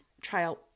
trial